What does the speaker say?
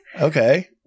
Okay